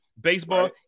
baseball